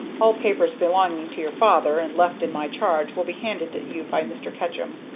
all papers belonging to your father and left in my charge will be handed you by mr. ketchum.